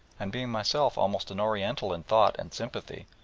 and being myself almost an oriental in thought and sympathy,